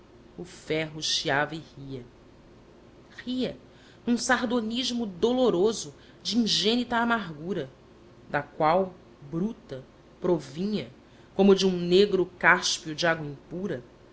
o ferro chiava e ria ria num sardonismo doloroso de ingênita amargura da qual bruta provinha como de um negro cáspio de água impura